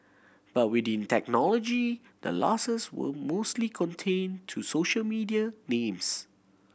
but within technology the losses were mostly contained to social media names